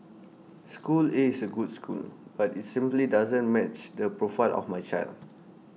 school A is A good school but IT simply doesn't match the profile of my child